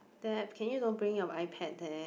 Deb can you don't bring your iPad there